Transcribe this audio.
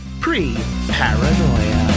Pre-Paranoia